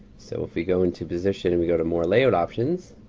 so, if we go into position and we go to more layout options